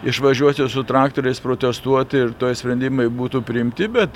išvažiuoti su traktoriais protestuoti ir tuoj sprendimai būtų priimti bet